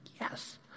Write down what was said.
yes